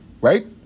Right